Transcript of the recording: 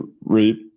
reap